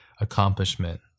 accomplishment